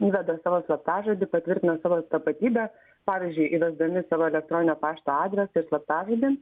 įveda savo slaptažodį patvirtina savo tapatybę pavyzdžiui įvesdami savo elektroninio pašto adresą ir slaptažodį